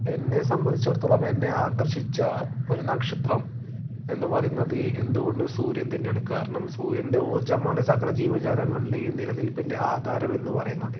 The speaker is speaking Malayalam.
എന്നെ സംബന്ധിച്ചിടത്തോളം എന്നെ ആകർഷിച്ച ഒരു നക്ഷത്രം എന്നു പറയുന്നത് എന്തുകൊണ്ടും സൂര്യൻ തന്നെയാണ് കാരണം സൂര്യൻ്റെ ഊർജ്ജമാണ് സകല ജീവജാലങ്ങൾടെയും നിലനിൽപ്പിൻ്റെ ആധാരം എന്ന് പറയുന്നത്